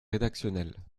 rédactionnels